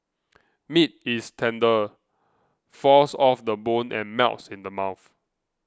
meat is tender falls off the bone and melts in the mouth